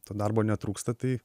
to darbo netrūksta tai